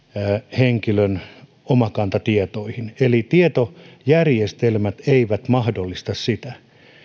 henkilön omakanta tietoihin eli tietojärjestelmät eivät mahdollista sitä